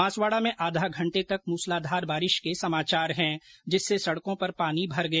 बांसवाड़ा में आधा घंटे तक मूसलाधार बारिश के समाचार है जिससे सड़कों पर पानी भर गया